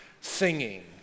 singing